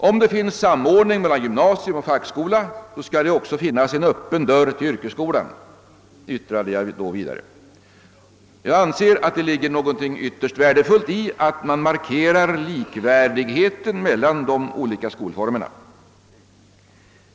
——— Om det finns samordning mellan gymnasium och fackskola, så skall det också finnas en öppen dörr till yrkesskolan. Jag anser att det ligger någonting ytterst värdefullt i att man markerar likvärdigheten mellan de olika skolformerna.